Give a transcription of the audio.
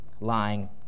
lying